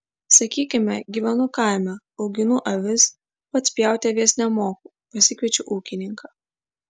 sakykime gyvenu kaime auginu avis pats pjauti avies nemoku pasikviečiu ūkininką